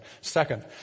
Second